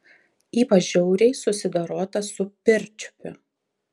ypač žiauriai susidorota su pirčiupiu